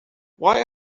why